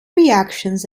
reactions